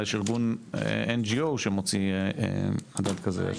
יש ארגון NGO שמוציא מדד כזה.